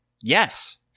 Yes